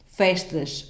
festas